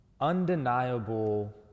undeniable